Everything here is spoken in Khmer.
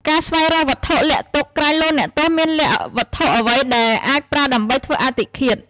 ការស្វែងរកវត្ថុលាក់ទុក ក្រែងលោអ្នកទោសមានលាក់វត្ថុអ្វីដែលអាចប្រើដើម្បីធ្វើអត្តឃាត។